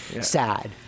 Sad